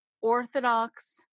orthodox